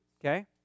okay